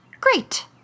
Great